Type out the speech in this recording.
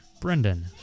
Brendan